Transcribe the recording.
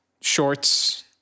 shorts